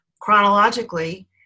chronologically